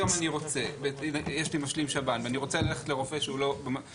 זאת אומרת אם היום יש לי משלים שב"ן אני רוצה ללכת לרופא שהוא לא בשב"ן